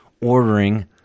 ordering